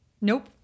Nope